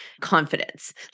confidence